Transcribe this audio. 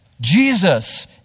Jesus